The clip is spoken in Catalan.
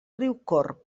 riucorb